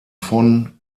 von